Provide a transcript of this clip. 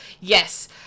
Yes